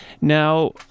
Now